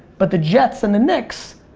but the jets and the knicks,